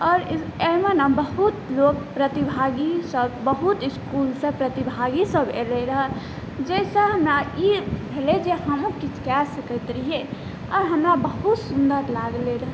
आओर एहनो ने बहुत लोक प्रतिभागीसब बहुत इसकुलसँ प्रतिभागीसब अएलै रहै जाहिसँ हमरा ई भेल जे हमहूँ किछु कऽ सकैत रहिए आओर हमरा बहुत सुन्दर लागलै रहै